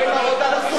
לא עם הרודן הסורי.